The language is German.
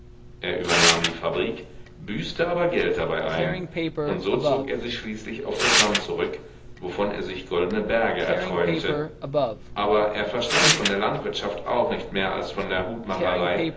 er übernahm die fabrik büßte aber geld dabei ein und so zog er sich schließlich auf das land zurück wovon er sich goldne berge erträumte aber er verstand von der landwirtschaft auch nicht mehr als von der hutmacherei